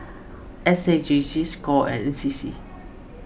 S A J C Score and N C C